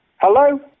Hello